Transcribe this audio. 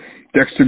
Dexter